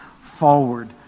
forward